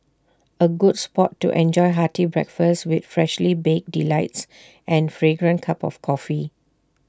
A good spot to enjoy hearty breakfast with freshly baked delights and fragrant cup of coffee